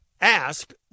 ask